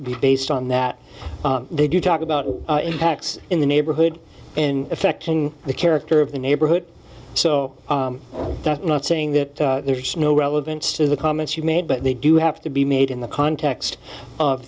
to be based on that they do talk about impacts in the neighborhood in affecting the character of the neighborhood so that's not saying that there's no relevance to the comments you made but they do have to be made in the context of